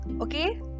okay